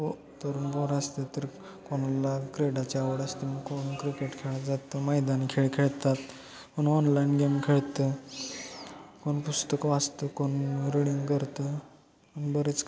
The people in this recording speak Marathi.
हो तरूण पोरं असतात तर कोणाला क्रीडाची आवड असते मग कोण क्रिकेट खेळत जातं मैदानी खेळ खेळतात कोण ऑनलाईन गेम खेळतं कोण पुस्तकं वाचतं कोण रीडिंग करतं आणि बरेच